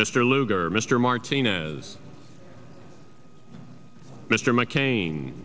mr lugar mr martinez mr mccain